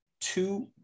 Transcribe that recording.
two